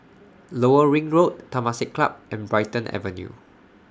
Lower Ring Road Temasek Club and Brighton Avenue